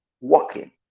walking